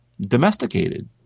domesticated